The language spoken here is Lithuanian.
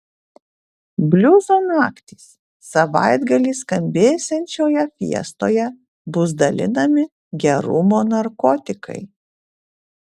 bliuzo naktys savaitgalį skambėsiančioje fiestoje bus dalinami gerumo narkotikai